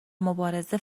مبارزه